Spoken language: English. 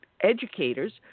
educators